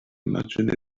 imagine